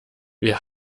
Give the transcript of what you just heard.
wir